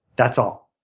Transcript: that's all.